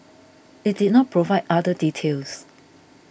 it did not provide other details